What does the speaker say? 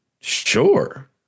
sure